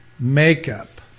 Makeup